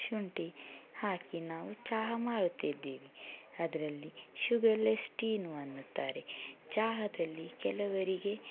ಶುಂಠಿ ಹಾಕಿ ನಾವು ಚಹ ಮಾಡುತ್ತಿದ್ದೀವಿ ಅದರಲ್ಲಿ ಶುಗರ್ ಲೆಸ್ ಟೀನು ಅನ್ನುತ್ತಾರೆ ಚಹದಲ್ಲಿ ಕೆಲವರಿಗೆ